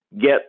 get